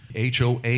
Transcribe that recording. HOA